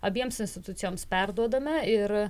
abiems institucijoms perduodame ir